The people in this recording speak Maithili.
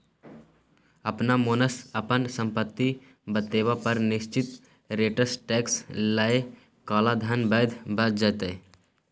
अपना मोनसँ अपन संपत्ति बतेबा पर निश्चित रेटसँ टैक्स लए काला धन बैद्य भ जेतै